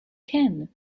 can